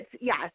yes